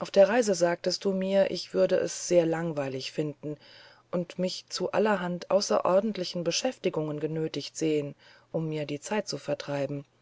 auf der reise sagtest du mir ich würde es sehr langweilig finden und mich zu allerhand außerordentlichen beschäftigungen genötigt sehen um mirdiezeitzuvertreiben dusagtest